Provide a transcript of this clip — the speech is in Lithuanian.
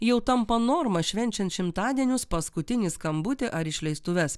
jau tampa norma švenčiant šimtadienius paskutinį skambutį ar išleistuves